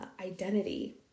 identity